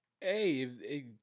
hey